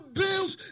bills